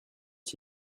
est